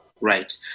right